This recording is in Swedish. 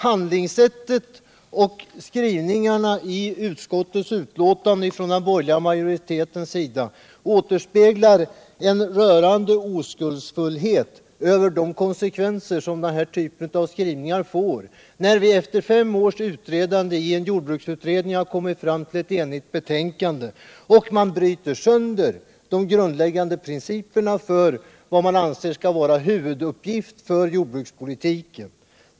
Handlingssättet från den borgerliga majoritetens sida och skrivningarna i utskottets betänkande återspeglar en rörande oskuldsfullhet när det gäller de konsekvenser som den här typen av skrivning får. Efter fem års arbete i en jordbruksutredning har vi kommit fram till ett enigt betänkande, men sedan bryter man sönder de grundläggande principerna för vad man anser skall vara huvuduppgiften för jordbrukspolitiken.